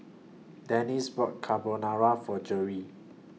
Dennis bought Carbonara For Jerrie